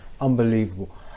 Unbelievable